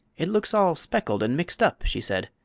it looks all speckled and mixed up, she said.